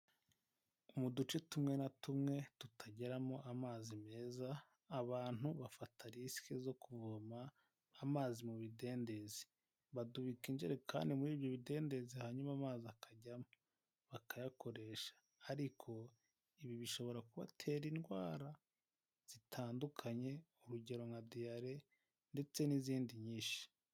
Mu duce tumwe na tumwe tutageramo amazi meza abantu bafata risk zo kuvoma amazi mu bidendezi badubika ijerekani muri ibyo bidendezi hanyuma amazi akajyamo bakayakoresha ariko ibi bishobora kubatera indwara zitandukanye urugero nka diyare ndetse n'izindi nyinshi.